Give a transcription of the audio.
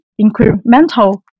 incremental